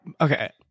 okay